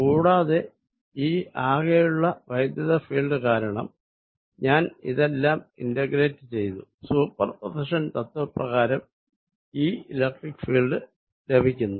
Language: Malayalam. കൂടാതെ ഈ ആകെയുള്ള വൈദ്യുതഫീൽഡ് കാരണം ഞാൻ ഇതെല്ലം ഇന്റഗ്രേറ്റ് ചെയ്തു സൂപ്പർ പൊസിഷൻ തത്വപ്രകാരം ഈ ഇലക്ട്രിക്ക് ഫീൽഡ് ലഭിക്കുന്നു